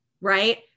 right